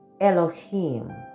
Elohim